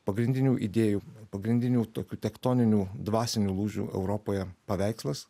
pagrindinių idėjų pagrindinių tokių tektoninių dvasinių lūžių europoje paveikslas